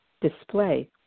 display